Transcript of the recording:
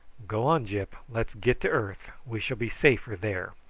go on, gyp. let's get to earth we shall be safer there.